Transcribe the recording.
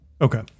Okay